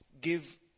Give